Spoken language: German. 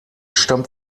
stammt